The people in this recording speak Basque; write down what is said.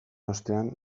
ostean